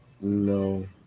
No